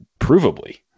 provably